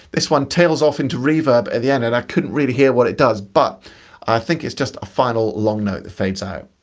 this one tails off into reverb at the end and i couldn't really hear what it does but i think it's just a final long note that fades out.